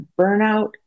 burnout